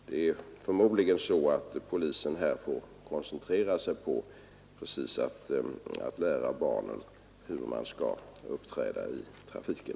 Det är förmodligen så att polisen här får koncentrera sig på att lära barnen hur de skall uppträda i trafiken.